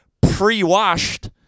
pre-washed